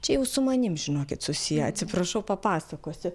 čia jau su manim žinokit susiję atsiprašau papasakosiu